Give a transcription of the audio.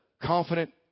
confident